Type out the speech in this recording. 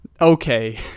okay